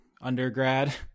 undergrad